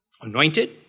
anointed